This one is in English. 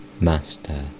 Master